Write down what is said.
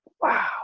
Wow